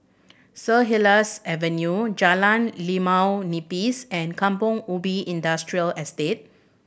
Saint Helier's Avenue Jalan Limau Nipis and Kampong Ubi Industrial Estate